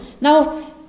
Now